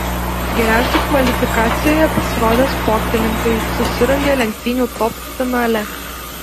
geriausiai kvalifikacijoje pasirodę sportininkai susirungė lenktynių top finale